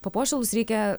papuošalus reikia